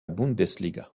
bundesliga